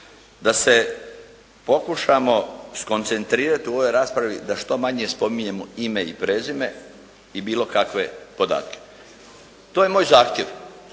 da se pokušamo skoncentrirati u ovoj raspravi da što manje spominjemo ime i prezime i bilo kakve podatke. To je moj zahtjev,